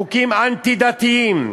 חוקים אנטי-דתיים.